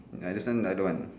ya this one I don't want